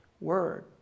word